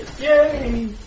Yay